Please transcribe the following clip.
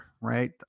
right